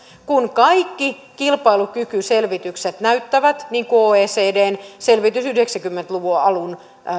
kun kaikki kilpailukykyselvitykset näyttävät päinvastaista niin kuin oecdn selvitys yhdeksänkymmentä luvun alun